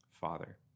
father